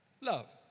Love